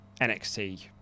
NXT